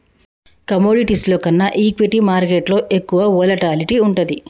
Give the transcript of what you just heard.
కమోడిటీస్లో కన్నా ఈక్విటీ మార్కెట్టులో ఎక్కువ వోలటాలిటీ వుంటది